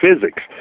physics